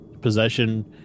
possession